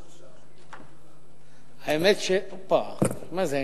האמת, מה זה?